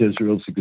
Israel's